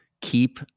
Keep